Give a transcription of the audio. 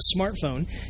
smartphone